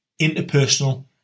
interpersonal